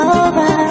over